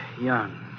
young